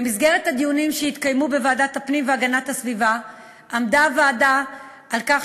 במסגרת הדיונים שהתקיימו בוועדת הפנים והגנת הסביבה עמדה הוועדה על כך